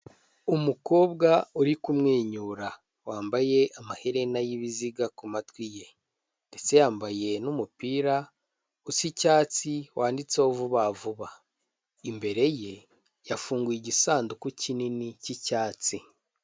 Umukobwa uri kumwenyura wambaye amaherena y'ibiziga ku matwi ye. Ndetse yambaye n'umupira usa icyatsi wanditseho vuba vuba, imbere ye yafunguye igisanduku kinini cy'icyatsi.